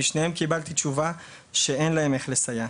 משניהם קיבלתי תשובה שאין להם איך לסייע.